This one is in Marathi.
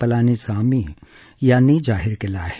पलानीसामी यांनी जाहीर केलं आहे